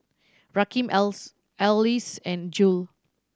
Rakeem else Elise and Jule